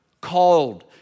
called